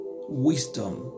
wisdom